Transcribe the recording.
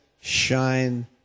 shine